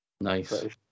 Nice